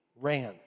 ran